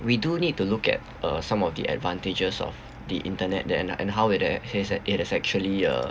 we do need to look at uh some of the advantages of the internet then and how it act~ it's it is actually uh